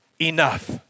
enough